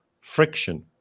friction